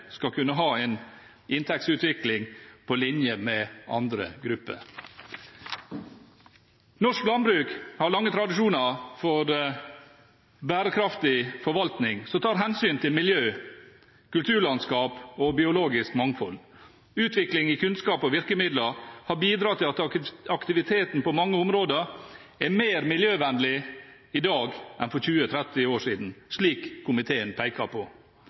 skal kunne ha en inntektsutvikling på linje med andre grupper. Norsk landbruk har lange tradisjoner for en bærekraftig forvaltning som tar hensyn til miljø, kulturlandskap og biologisk mangfold. Utvikling i kunnskap og virkemidler har bidratt til at aktiviteten på mange områder er mer miljøvennlig i dag enn for 20–30 år siden, slik komiteen pekte på.